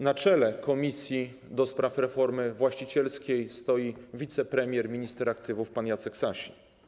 Na czele Komisji ds. Reformy Właścicielskiej stoi wicepremier, minister aktywów pan Jacek Sasin.